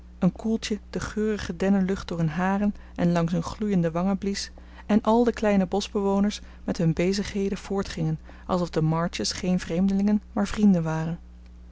een koeltje de geurige dennelucht door hun haren en langs hun gloeiende wangen blies en al de kleine boschbewoners met hun bezigheden voortgingen alsof de marches geen vreemdelingen maar vrienden waren